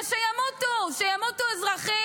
ושימותו, שימותו אזרחים.